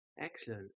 Excellent